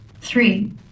three